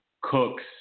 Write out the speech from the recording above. cooks